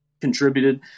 contributed